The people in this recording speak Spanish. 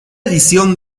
edición